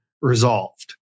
resolved